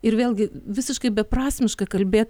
ir vėl gi visiškai beprasmiška kalbėt